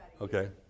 Okay